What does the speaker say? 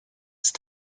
ist